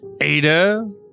Ada